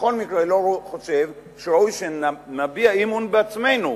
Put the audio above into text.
בכל מקרה אני לא חושב שראוי שנביע אי-אמון בעצמנו,